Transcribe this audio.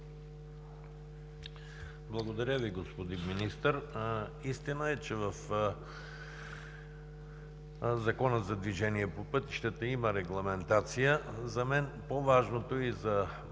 Благодаря Ви, господин Министър. Истина е, че в Закона за движението по пътищата има регламентация. За мен и за